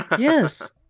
Yes